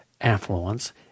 affluence